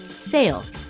sales